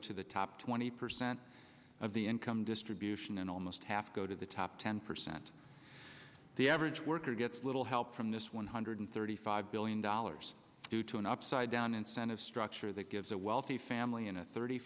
to the top twenty percent of the income distribution and almost half go to the top ten percent the average worker gets a little help from this one hundred thirty five billion dollars due to an upside down incentive structure that gives a wealthy family in a thirty